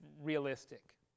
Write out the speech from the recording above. realistic